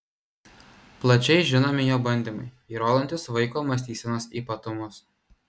plačiai žinomi jo bandymai įrodantys vaiko mąstysenos ypatumus